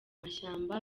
amashyamba